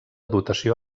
dotació